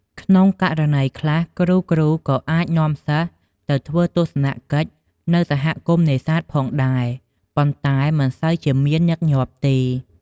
ក្នុងករណីខ្លះ គ្រូៗក៏អាចនាំសិស្សទៅធ្វើទស្សនកិច្ចនៅសហគមន៍នេសាទផងដែរ ប៉ុន្តែមិនសូវជាមានញឹកញាប់ទេ។